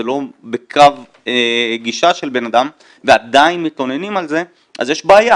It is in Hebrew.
זה לא בקו גישה של בנאדם ועדיין מתלוננים על זה אז יש בעיה.